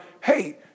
hey